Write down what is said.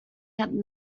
had